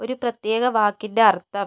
ഒരു പ്രത്യേക വാക്കിൻ്റെ അർത്ഥം